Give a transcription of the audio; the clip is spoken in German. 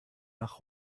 nach